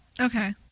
Okay